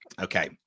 Okay